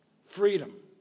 Freedom